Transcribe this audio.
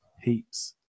Heaps